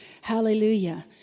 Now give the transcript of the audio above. Hallelujah